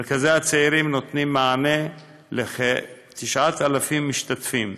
מרכזי הצעירים נותנים מענה לכ-9,000 משתתפים.